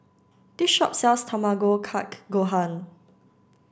this shop sells Tamago Kake Gohan